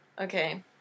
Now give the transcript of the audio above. Okay